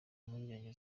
impungenge